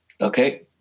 Okay